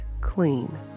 clean